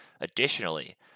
Additionally